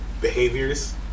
behaviors